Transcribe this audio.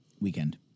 weekend